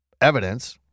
evidence